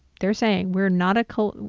they're saying we're not a col,